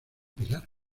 pilar